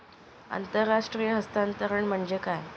आंतरराष्ट्रीय हस्तांतरण म्हणजे काय?